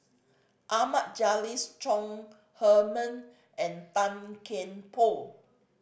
Ahmad Jais Chong Heman and Tan Kian Por